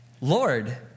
Lord